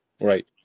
Right